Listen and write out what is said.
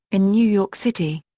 in new york city.